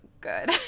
good